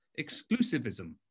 exclusivism